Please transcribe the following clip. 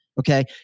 Okay